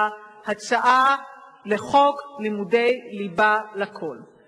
חברי חברי הכנסת וחברי גם להצעה לסדר-היום המבורכת הזאת,